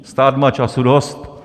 Stát má času dost.